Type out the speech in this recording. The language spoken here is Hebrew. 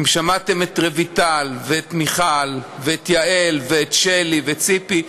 אם שמעתם את רויטל ואת מיכל ואת יעל ואת שלי ואת ציפי,